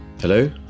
Hello